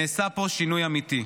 נעשה פה שינוי אמיתי.